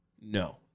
No